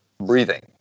breathing